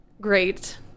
Great